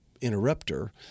interrupter